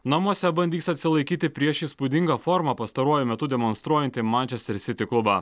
namuose bandys atsilaikyti prieš įspūdingą formą pastaruoju metu demonstruojantį manchester sitį klubą